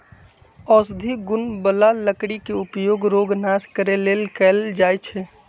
औषधि गुण बला लकड़ी के उपयोग रोग नाश करे लेल कएल जाइ छइ